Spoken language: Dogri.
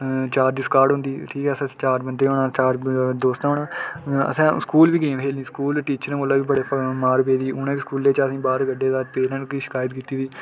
चार दी सकाड होंदी ठीक ऐ फिर चार दी फिर चार बंदे होना चार दोस्तां होना असें स्कूल बी गेम खेलनी स्कूल टीचरें कोला बी बड़ी मार पेदी उ'नें स्कूलै चा असें ई बाह्र कड्ढेदा फ्ही शिकायत कीती दी